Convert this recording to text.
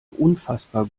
unfassbar